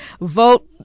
Vote